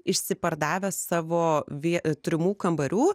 išsipardavę savo vie turimų kambarių